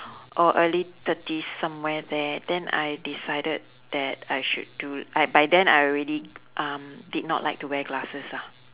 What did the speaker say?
or early thirties somewhere there then I decided that I should do I by then I already um did not like to wear glasses ah